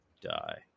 die